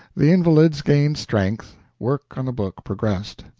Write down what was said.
the invalids gained strength work on the book progressed.